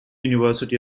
university